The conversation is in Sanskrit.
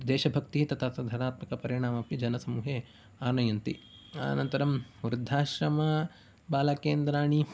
देशभक्तिः तथा सुधनात्मकपरिणामपि जनसमूहे आनयन्ति अनन्तरं वृद्धाश्रमबालकेन्द्राणि